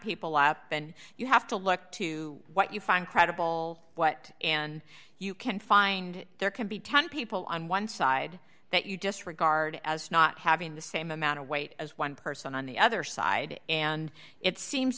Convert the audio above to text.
people lap then you have to look to what you find credible what and you can find there can be ten people on one side that you disregard as not having the same amount of weight as one person on the other side and it seems